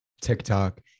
TikTok